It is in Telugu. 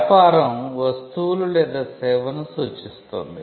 వ్యాపారం 'వస్తువులు లేదా సేవను' సూచిస్తుంది